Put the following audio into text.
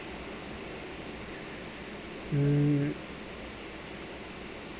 mm